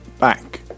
Back